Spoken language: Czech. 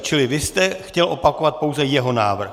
Čili vy jste chtěl opakovat pouze jeho návrh.